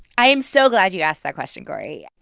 i am so glad you asked that question, cory.